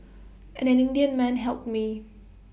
an Indian man helped me